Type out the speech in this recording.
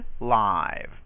live